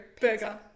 Burger